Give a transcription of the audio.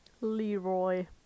Leroy